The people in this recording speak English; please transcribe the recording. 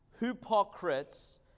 hypocrites